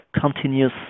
continuous